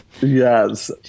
Yes